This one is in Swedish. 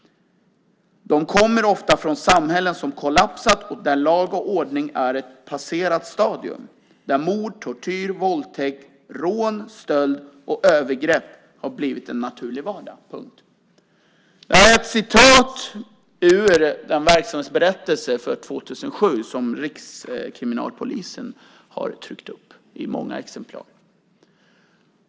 De kommer ofta från samhällen som kollapsat och där lag och ordning är ett passerat stadium. Där mord, tortyr, våldtäkt, rån, stöld och övergrepp har blivit en naturlig vardag." Detta är alltså hämtat från Rikskriminalpolisens verksamhetsberättelse från 2007 som man har tryckt upp i många exemplar.